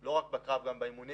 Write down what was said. לא רק בקרב אלא גם באימונים,